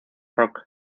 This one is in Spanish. rock